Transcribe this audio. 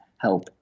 help